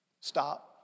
Stop